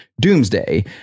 Doomsday